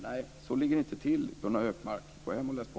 Nej, så ligger det inte till, Gunnar Hökmark. Gå hem och läs på!